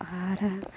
ᱟᱦᱟᱨ